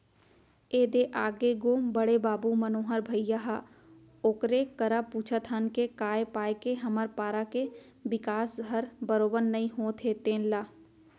ए दे आगे गो बड़े बाबू मनोहर भइया ह ओकरे करा पूछत हन के काय पाय के हमर पारा के बिकास हर बरोबर नइ होत हे तेन ल